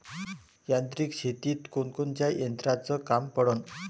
यांत्रिक शेतीत कोनकोनच्या यंत्राचं काम पडन?